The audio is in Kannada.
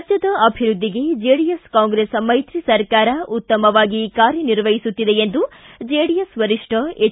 ರಾಜ್ಞದ ಅಭಿವೃದ್ದಿಗೆ ಜೆಡಿಎಸ್ ಕಾಂಗ್ರೆಸ್ ಮೈತ್ರಿ ಸರ್ಕಾರ ಉತ್ತಮವಾಗಿ ಕಾರ್ಯ ನಿರ್ವಹಿಸುತ್ತಿದೆ ಎಂದು ಜೆಡಿಎಸ್ ವರಿಷ್ಠ ಎಚ್